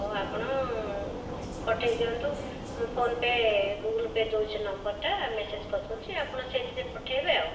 ହଉ ଆପଣ ପଠେଇ ଦିଅନ୍ତୁ ମୁଁ ଫୋନ ପେ ଗୁଗୁଲ ପେ ଦେଉଛି ନମ୍ବରଟା ମେସେଜ କରିଦେଉଛି ଆପଣ ସେଇଥିରେ ପଠେଇବେ ଆଉ